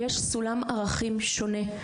יש סולם ערכים שונה,